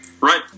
Right